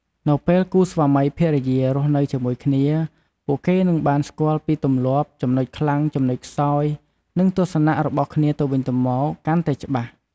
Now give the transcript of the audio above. នៅពេលគូស្វាមីភរិយារស់នៅជាមួយគ្នា ពួកគេនឹងបានស្គាល់ពីទម្លាប់ ចំណុចខ្លាំង ចំណុចខ្សោយ និងទស្សនៈរបស់គ្នាទៅវិញទៅមកកាន់តែច្បាស់។